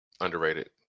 Underrated